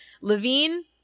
Levine